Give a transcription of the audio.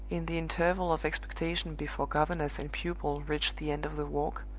in the interval of expectation before governess and pupil reached the end of the walk,